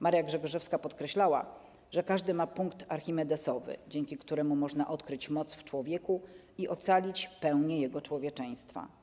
Maria Grzegorzewska podkreślała, że każdy ma punkt archimedesowy, dzięki któremu można odkryć moc w człowieku i ocalić pełnię jego człowieczeństwa.